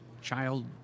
child